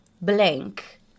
blank